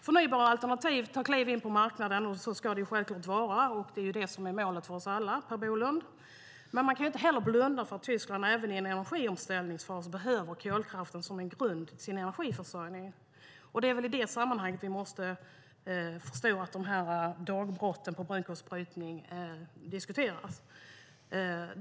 Förnybara alternativ tar kliv in på marknaden. Så ska det självklart vara. Det är det som är målet för oss alla, Per Bolund. Men man kan inte heller blunda för att Tyskland även i en energiomställningsfas behöver kolkraften som en grund för sin energiförsörjning. Det är väl i det sammanhanget som vi måste förstå att dagbrotten för brunkolsbrytning diskuteras.